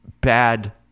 bad